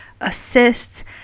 assists